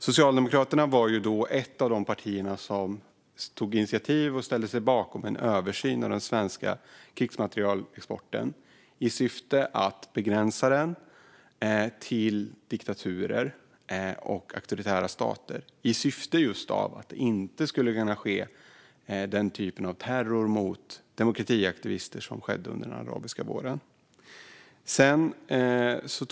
Socialdemokraterna var ett av de partier som tog initiativ till och ställde sig bakom en översyn av den svenska krigsmaterielexporten i syfte att begränsa möjligheterna för export till diktaturer och auktoritära stater så att det inte skulle kunna ske den typen av terror mot demokratiaktivister som skedde under den arabiska våren.